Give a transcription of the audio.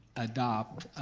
adopt,